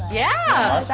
yeah,